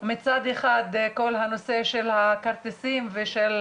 מצד אחד כל הנושא של הכרטיסים וכל